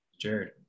Jared